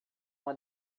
uma